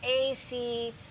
AC